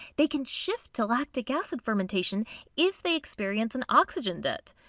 they can shift to lactic acid fermentation if they experience an oxygen debt.